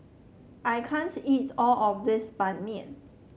I can't eat all of this Ban Mian